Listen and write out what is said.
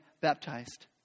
baptized